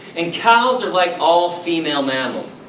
and cows are like all female mammals.